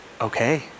Okay